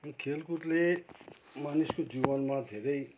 खेलकुदले मानिसको जीवनमा धेरै